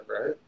right